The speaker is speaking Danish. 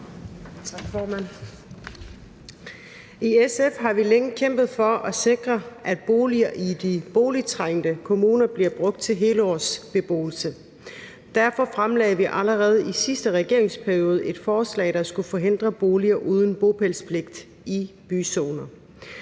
I SF har vi længe kæmpet for at sikre, at boliger i de boligtrængte kommuner bliver brugt til helårsbeboelse. Derfor fremlagde vi allerede i sidste regeringsperiode et forslag, der skulle forhindre boliger uden bopælspligt i byzoner.